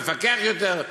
ולפקח יותר,